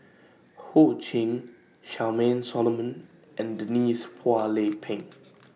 Ho Ching Charmaine Solomon and Denise Phua Lay Peng